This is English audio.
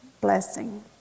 blessing